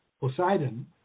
Poseidon